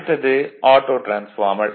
அடுத்தது auto transformer